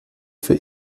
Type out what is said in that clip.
für